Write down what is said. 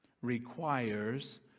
requires